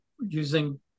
using